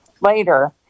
later